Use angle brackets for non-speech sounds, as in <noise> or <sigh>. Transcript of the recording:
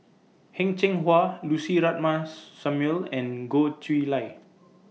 Heng Cheng Hwa Lucy Ratnammah <noise> Samuel and Goh Chiew Lye